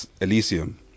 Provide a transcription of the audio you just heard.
Elysium